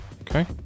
Okay